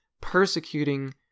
persecuting